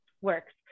Works